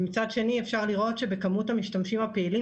מצד שני אפשר לראות שבכמות המשתמשים הפעילים,